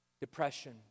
depression